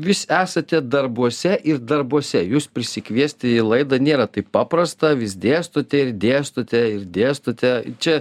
visi esate darbuose ir darbuose jus prisikviesti į laidą nėra taip paprasta vis dėstote ir dėstote ir dėstote čia